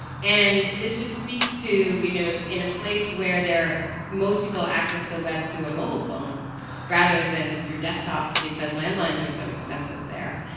and this just speaks to, you know, in a place where they're most people access the web through a mobile phone rather than through desktops because landlines are so expensive there.